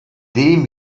dem